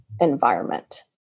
environment